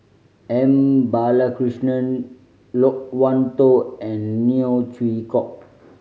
M Balakrishnan Loke Wan Tho and Neo Chwee Kok